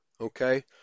okay